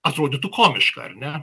atrodytų komiška ar ne